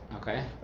Okay